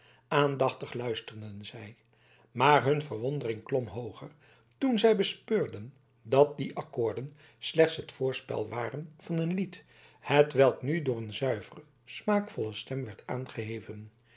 aandachtig luisterden zij maar hun verwondering klom hooger toen zij bespeurden dat die accoorden slechts het voorspel waren van een lied hetwelk nu door een zuivere smaakvolle stem werd aangeheven